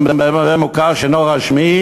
אני מדבר על המוכר שאינו רשמי,